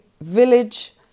village